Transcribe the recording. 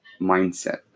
mindset